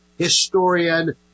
historian